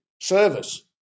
service